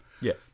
Yes